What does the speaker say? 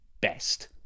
best